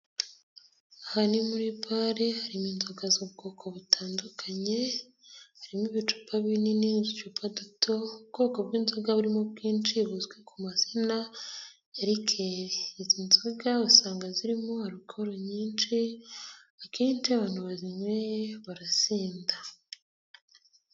Aha ni muri bare harimo inzoga z'ubwoko butandukanye, harimo ibicupa binini n'uducupa duto, ubwoko bw'inzoga burimo ubwinshi buzwi ku mazina ya likeri. Izi nzoga usanga zirimo alukoro nyinshi, akenshi iyo abantu bazinyweye barasinda.